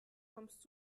kommst